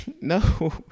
no